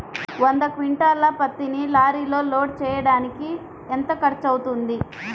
వంద క్వింటాళ్ల పత్తిని లారీలో లోడ్ చేయడానికి ఎంత ఖర్చవుతుంది?